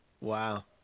wow